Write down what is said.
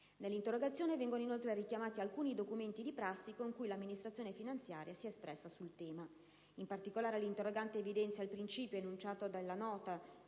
Nell'interrogazione vengono inoltre richiamati alcuni documenti di prassi con cui 1'amministrazione finanziaria si è espressa sul tema. In particolare, l'interrogante evidenzia il principio enunciato dalla nota